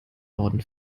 orden